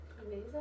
amazing